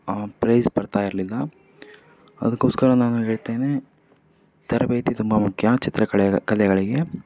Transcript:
prize ಬರ್ತಾ ಇರ್ಲಿಲ್ಲ ಅದಕ್ಕೋಸ್ಕರ ನಾನು ಹೇಳ್ತೇನೆ ತರಬೇತಿ ತುಂಬ ಮುಖ್ಯ ಚಿತ್ರಕಲೆ ಕಲೆಗಳಿಗೆ